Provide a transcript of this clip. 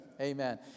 Amen